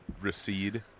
recede